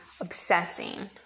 obsessing